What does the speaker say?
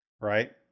right